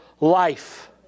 life